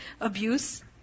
abuse